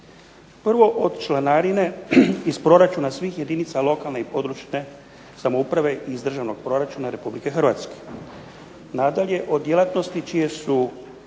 Prvo od članarine iz proračuna svih jedinica lokalne i područne samouprave iz državnog proračuna Republike Hrvatske. Nadalje, od djelatnosti čije su